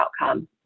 outcome